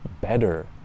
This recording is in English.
better